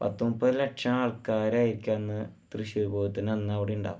പത്ത് മുപ്പത് ലക്ഷം ആൾക്കാരായിരിക്കും അന്ന് തൃശ്ശൂര് പൂരത്തിന്റെ അന്ന് അവിടെ ഉണ്ടാവുക